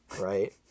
right